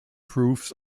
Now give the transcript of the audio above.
proofs